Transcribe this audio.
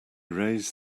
raised